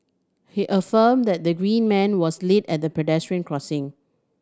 he affirmed that the green man was lit at the pedestrian crossing